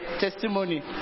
testimony